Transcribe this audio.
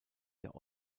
der